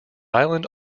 island